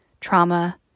trauma